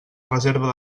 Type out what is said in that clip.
reserva